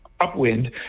upwind